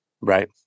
right